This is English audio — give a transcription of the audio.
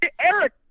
Eric